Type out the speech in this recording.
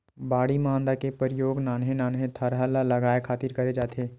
बाड़ी म मांदा के परियोग नान्हे नान्हे थरहा ल लगाय खातिर करे जाथे